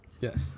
Yes